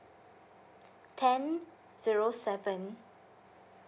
ten zero seven